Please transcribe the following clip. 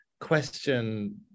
question